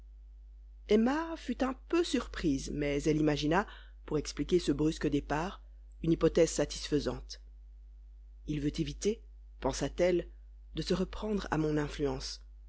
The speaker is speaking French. emma fut un peu surprise mais elle imagina pour expliquer ce brusque départ une hypothèse satisfaisante il veut éviter pensa-t-elle de se reprendre à mon influence